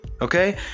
okay